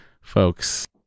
folks